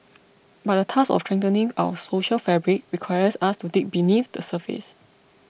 but the task of strengthening our social fabric requires us to dig beneath the surface